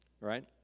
right